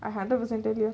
I hundred percent told you